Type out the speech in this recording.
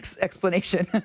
explanation